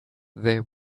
there